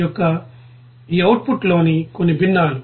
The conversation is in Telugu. యొక్క ఈ అవుట్పుట్లోని కొన్ని భిన్నాలు